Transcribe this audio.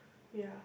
ya